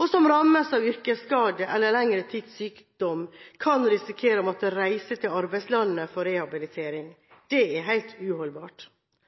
og som rammes av yrkesskade eller lengre tids sykdom, kan risikere å måtte reise til arbeidslandet for rehabilitering. Det er helt uholdbart.